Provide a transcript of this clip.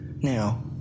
Now